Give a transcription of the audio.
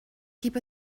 keep